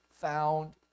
Found